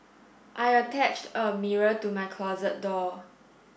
I attached a mirror to my closet door